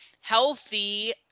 healthy